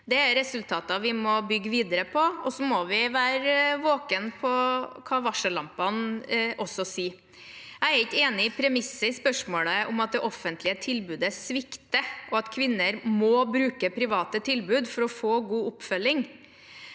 Disse resultatene må vi bygge videre på, og vi må være våkne på hva varsellampene sier. Jeg er ikke enig i premisset i spørsmålet om at det offentlige tilbudet svikter, og at kvinner må bruke private tilbud for å få god oppfølging.